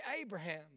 Abraham